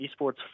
eSports